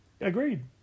Agreed